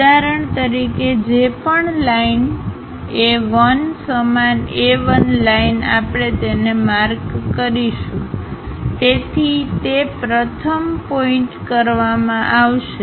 ઉદાહરણ તરીકે જે પણ લાઇન A 1 સમાન A 1 લાઇન આપણે તેને માર્ક કરીશું જેથી તે પ્રથમ પોઇન્ટકરવામાં આવશે